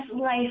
life